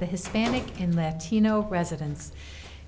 the hispanic and latino presidents